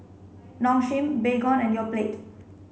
Nong Shim Baygon and Yoplait